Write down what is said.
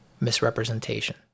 misrepresentation